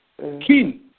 king